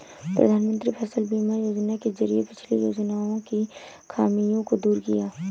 प्रधानमंत्री फसल बीमा योजना के जरिये पिछली योजनाओं की खामियों को दूर किया